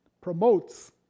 promotes